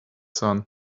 son